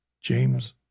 James